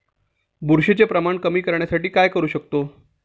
बुरशीचे प्रमाण कमी करण्यासाठी काय करू शकतो?